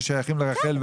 ששייכים לרח"ל,